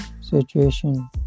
situation